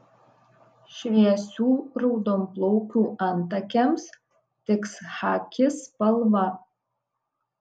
šviesių raudonplaukių antakiams tiks chaki spalva